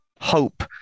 hope